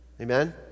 Amen